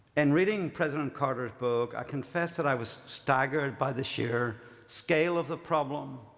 and reading president carter's book, i confess that i was staggered by the sheer scale of the problem.